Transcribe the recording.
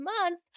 month